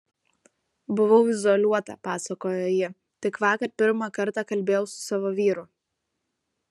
buvau izoliuota pasakojo ji tik vakar pirmą kartą kalbėjau su savo vyru